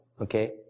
okay